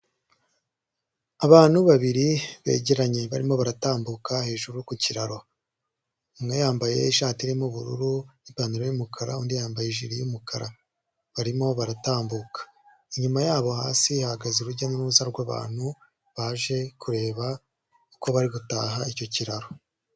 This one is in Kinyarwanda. Abantu babiri begeranye barimo baratambuka hejuru ku kiraro, umwe yambaye ishati irimo ubururu n'ipantaro y'umukara undi yambaye ijiri y'umukara barimo baratambuka, inyuma yabo hasi hahagaze urujya n'uruza rw'abantu baje kureba uko bari gutaha icyo kiraro.